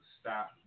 stop